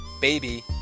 baby